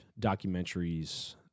documentaries